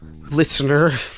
listener